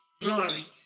glory